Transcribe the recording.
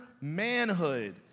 manhood